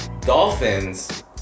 Dolphins